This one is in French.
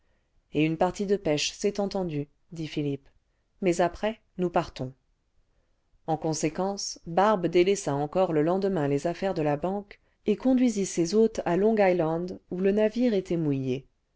et une partie de pêche c'est entendu dit philippe mais après nous partons en conséquence barbe délaissa encore le lendemain les affaires de la banque et conduisit ses hôtes à long island où le navire était mouillé